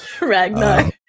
Ragnar